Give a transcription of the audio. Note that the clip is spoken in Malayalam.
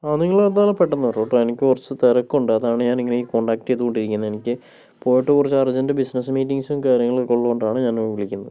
ആ നിങ്ങൾ എന്നാൽ പെട്ടന്ന് വരൂ കേട്ടോ എനിക്ക് കുറച്ച് തിരക്കുണ്ട് അതാണ് ഞാൻ ഇങ്ങനെ ഈ കോൺടാക്ട് ചെയ്തുകൊണ്ടിരിക്കുന്നത് എനിക്ക് പോയിട്ട് കുറച്ച് അർജന്റ് ബിസിനസ്സ് മീറ്റിംഗ്സും കാര്യങ്ങളൊക്കെ ഉള്ളതുകൊണ്ടാണ് ഞാൻ വിളിക്കുന്നത്